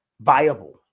viable